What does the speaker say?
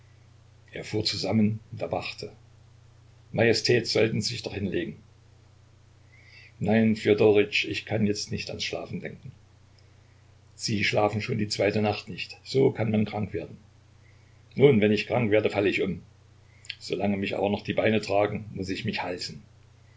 er fuhr zusammen und erwachte majestät sollten sich doch hinlegen nein fjodorytsch ich kann jetzt nicht ans schlafen denken sie schlafen schon die zweite nacht nicht so kann man krank werden nun wenn ich krank werde falle ich um solange mich aber noch die beine tragen muß ich mich halten